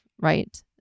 right